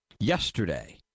yesterday